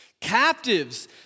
captives